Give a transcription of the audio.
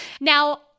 Now